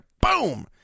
Boom